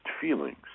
feelings